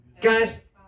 Guys